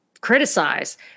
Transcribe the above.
criticize